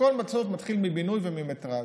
הכול בסוף מתחיל מבינוי וממטרז'.